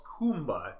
Kumba